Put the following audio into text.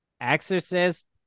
Exorcist